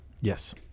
Yes